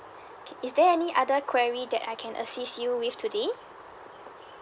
K is there any other query that I can assist you with today